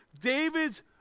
David's